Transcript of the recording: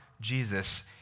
Jesus